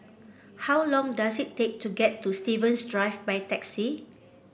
how long does it take to get to Stevens Drive by taxi